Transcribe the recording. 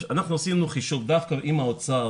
עשינו חישוב עם האוצר,